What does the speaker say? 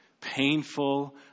painful